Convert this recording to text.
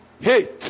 hate